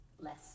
less